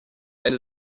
eine